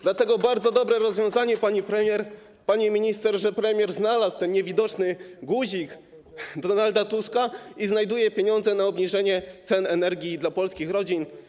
Dlatego to bardzo dobre rozwiązanie, pani minister, że premier znalazł ten niewidoczny guzik Donalda Tuska i znajduje pieniądze na obniżenie cen energii dla polskich rodzin.